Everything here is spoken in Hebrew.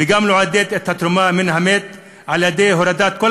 לעודד את התרומה מן המת על-ידי הורדת כל